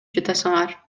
жатасыңар